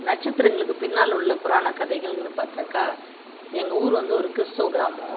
நட்சத்திரங்களுக்கு பின்னால் உள்ள புராணக் கதைகள்னு பார்த்தாக்கா எங்கள் ஊர் வந்து ஒரு கிறிஸ்துவ கிராமம்